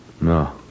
No